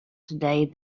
today